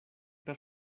per